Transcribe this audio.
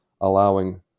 allowing